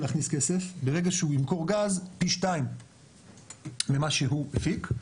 להכניס כסף ברגע שהוא ימכור גז פי 2 ממה שהוא הפיק,